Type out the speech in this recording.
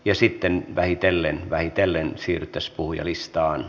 ja sitten vähitellen vähitellen siirryttäisiin puhujalistaan